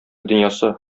дөньясы